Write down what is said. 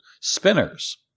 spinners